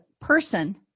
person